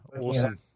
awesome